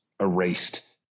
erased